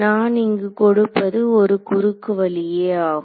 நான் இங்கு கொடுப்பது ஒரு குறுக்கு வழியே ஆகும்